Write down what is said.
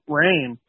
rain